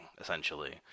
essentially